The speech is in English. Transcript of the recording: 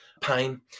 pain